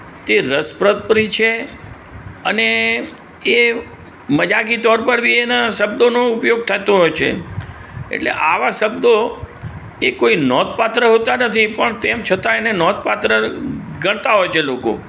તે રસપ્રદ બી છે અને એ મજાકી તૌર પર બી એના શબ્દોનો પ્રયોગ થતો હોય છે એટલે આવા શબ્દો એ કોઈ નોંધપાત્ર હોતા નથી પણ તેમ છતાં તેને નોંધપાત્ર ગણતા હોય છે લોકો